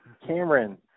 Cameron